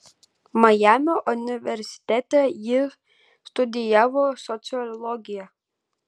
majamio universitete ji studijavo sociologiją